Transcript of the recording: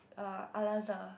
uh Al-Azhar